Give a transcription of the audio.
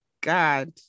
God